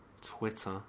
Twitter